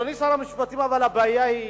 אדוני שר המשפטים, אבל הבעיה היא